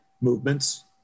Movements